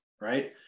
Right